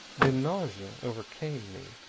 then nausea overcame me.